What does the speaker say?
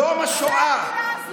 "יום השואה".